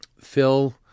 Phil